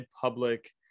public